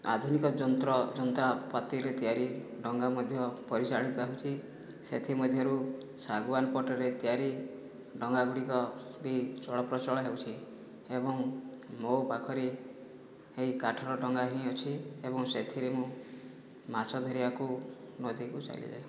ଆଧୁନିକ ଯନ୍ତ୍ରଯନ୍ତ୍ରାପାତିରେ ତିଆରି ଡଙ୍ଗା ମଧ୍ୟ ପରିଚାଳିତ ହେଉଛି ସେଥିମଧ୍ୟରୁ ଶାଗୁଆନ ପଟରେ ତିଆରି ଡଙ୍ଗା ଗୁଡ଼ିକ ବି ଚଳପ୍ରଚଳ ହେଉଛି ଏବଂ ମୋ ପାଖରେ ଏହି କାଠର ଡଙ୍ଗା ହିଁ ଅଛି ଏବଂ ସେଥିରେ ମୁଁ ମାଛ ଧରିବାକୁ ନଦୀକୁ ଚାଲିଯାଏ